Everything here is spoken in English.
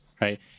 right